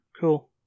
cool